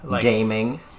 gaming